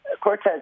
Cortez